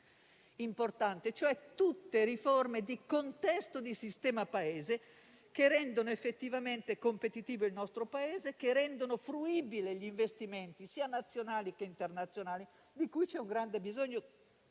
importante. Sono tutte riforme di contesto del sistema Paese che rendono effettivamente competitiva l'Italia e che rendono fruibili quegli investimenti, sia nazionali che internazionali, di cui c'è grande bisogno,